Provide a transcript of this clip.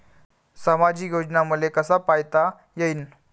सामाजिक योजना मले कसा पायता येईन?